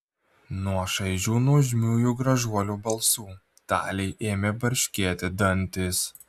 nuo šaižių nuožmiųjų gražuolių balsų talei ėmė barškėti dantys